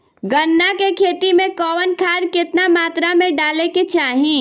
गन्ना के खेती में कवन खाद केतना मात्रा में डाले के चाही?